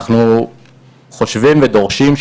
אנחנו חושבים ודורשים,